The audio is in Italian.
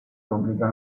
pubblica